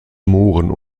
mooren